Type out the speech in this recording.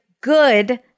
good